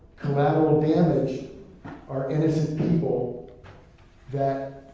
collateral damage are innocent people that,